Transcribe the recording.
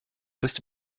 bist